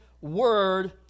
word